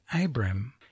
Abram